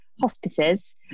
Hospices